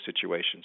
situations